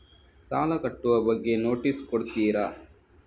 ಸಾಲ ಕಟ್ಟುವ ಬಗ್ಗೆ ನೋಟಿಸ್ ಕೊಡುತ್ತೀರ?